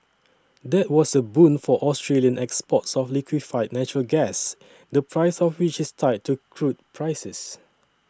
that was a boon for Australian exports of liquefied natural gas the price of which is tied to crude prices